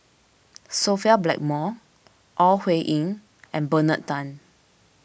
Sophia Blackmore Ore Huiying and Bernard Tan